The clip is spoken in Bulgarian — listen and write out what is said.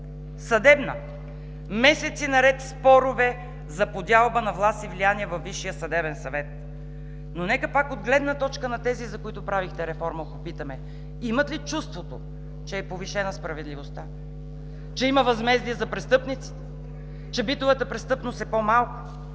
реформа. Месеци наред спорове за подялба на власт и влияние във Висшия съдебен съвет. Но нека пак от гледна точка на тези, които направихте реформа да попитаме: имат ли чувството, че е повишена справедливостта, че има възмездие за престъпниците, че битовата престъпност е по-малко?